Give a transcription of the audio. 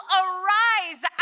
arise